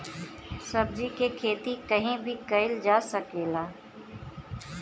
सब्जी के खेती कहीं भी कईल जा सकेला